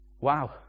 Wow